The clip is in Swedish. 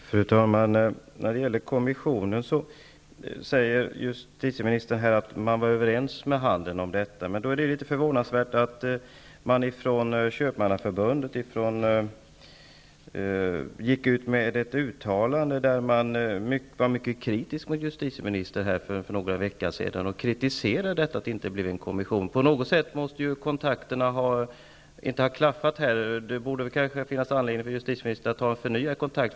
Fru talman! Justitieministern säger att man var överens med handeln när det gäller en kommission. Då är det litet förvånande att man från Köpmannaförbundet för någon vecka sedan gick ut med ett uttalande som var mycket kritiskt mot justitieministern. Man kritiserade att det inte hade blivit en kommission. Det verkar som om kontakterna på något sätt inte har klaffat. Det finns kanske anledning för justitieministern att ta en förnyad kontakt.